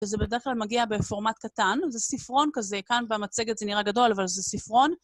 וזה בדרך כלל מגיע בפורמט קטן, זה ספרון כזה, כאן במצגת זה נראה גדול, אבל זה ספרון.